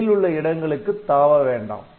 இடையிலுள்ள இடங்களுக்கு தாவ வேண்டாம்